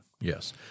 Yes